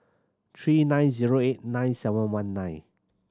three nine zero eight nine seven one nine